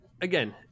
again